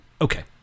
Okay